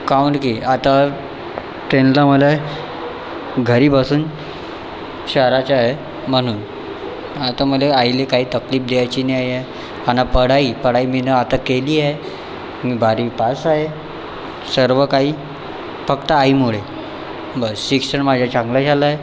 कावून की आता त्यानला मला घरी बसून चारायचे आहे म्हणून आता मला आईला काही तकलीफ द्यायची नाही आहे आणि पढाई पढाई मी न आता केली आहे बारावी पास आहे सर्व काही फक्त आईमुळे बस शिक्षण माझं चांगलं झालंय